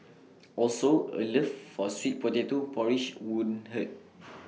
also A love for sweet potato porridge wouldn't hurt